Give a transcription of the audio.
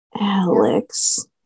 Alex